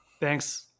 Thanks